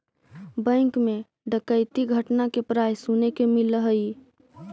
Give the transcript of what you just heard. bank मैं डकैती के घटना प्राय सुने के मिलऽ हइ